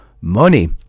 money